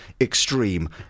Extreme